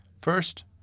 First